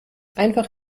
einfach